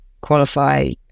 qualify